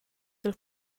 dal